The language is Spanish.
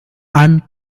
ann